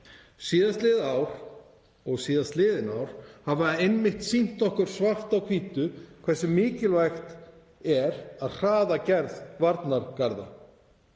Síðastliðið ár og síðastliðin ár hafa einmitt sýnt okkur svart á hvítu hversu mikilvægt er að hraða gerð varnargarða